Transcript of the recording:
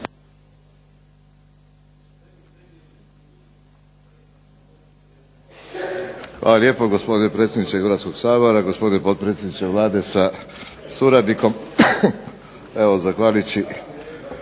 Hvala lijepo gospodine predsjedniče Hrvatskog sabora, gospodine potpredsjedniče Vlade sa suradnikom. Evo zahvaljujući